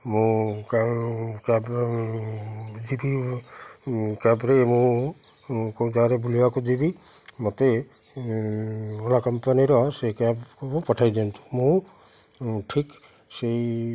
ମୁଁ ଯିବି କ୍ୟାବ୍ରେ ମୁଁ କେଉଁ ଯାଗାରେ ବୁଲିବାକୁ ଯିବି ମୋତେ ଓଲା କମ୍ପାନୀର ସେଇ କ୍ୟାବ୍କୁ ପଠାଇ ଦିଅନ୍ତୁ ମୁଁ ଠିକ୍ ସେଇ